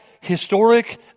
historic